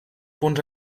punts